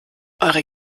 eure